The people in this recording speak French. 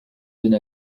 donne